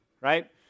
right